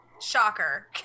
Shocker